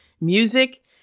music